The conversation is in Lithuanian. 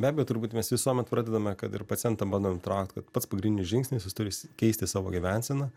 be abejo turbūt mes visuomet pradedame kad ir pacientą bandom itraukt kad pats pagrindinis žingsnis jis turi keisti savo gyvenseną